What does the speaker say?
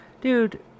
Dude